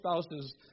spouses